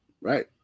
Right